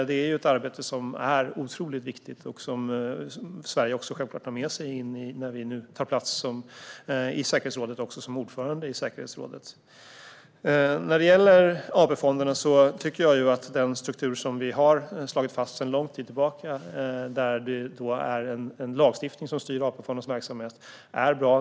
Det är ett arbete som är otroligt viktigt och som Sverige självfallet har med sig när vi nu tar plats i säkerhetsrådet som ordförande. När det gäller AP-fonderna tycker jag att den struktur som vi har slagit fast sedan lång tid tillbaka, där det är lagstiftning som styr AP-fondernas verksamhet, är bra.